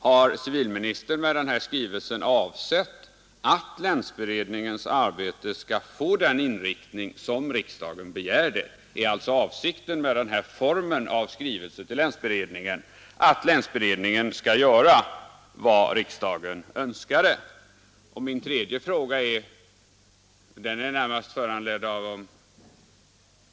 Har civilministern med denna skrivelse avsett att länsberedningens arbete skall få den inriktning som riksdagen begärt, och är alltså avsikten med denna form av skrivelse att länsberedningen skall göra vad riksdagen önskade? 3.